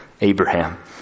Abraham